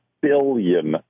billion